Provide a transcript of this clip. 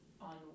on